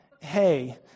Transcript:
hey